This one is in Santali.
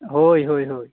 ᱦᱳᱭ ᱦᱳᱭ ᱦᱳᱭ